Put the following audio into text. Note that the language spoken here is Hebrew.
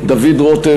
דוד רותם,